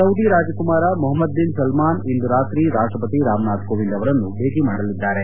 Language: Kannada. ಸೌದಿ ರಾಜಕುಮಾರ ಮೊಹಮ್ಮದ್ ಬಿನ್ ಸಲ್ಮಾನ್ ಇಂದು ರಾತ್ರಿ ರಾಷ್ಟಪತಿ ರಾಮನಾಥ್ ಕೋವಿಂದ್ ಅವರನ್ನು ಭೇಟಿ ಮಾಡಲಿದ್ದಾರೆ